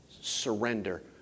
Surrender